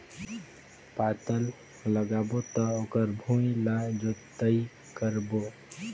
पातल लगाबो त ओकर भुईं ला जोतई करबो?